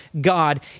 God